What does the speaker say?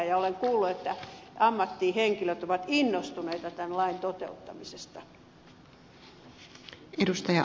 ja olen kuullut että ammattihenkilöt ovat innostuneita tämän lain toteuttamisesta